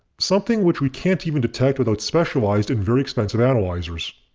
something which we can't even detect without specialized and very expensive analyzers.